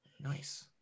Nice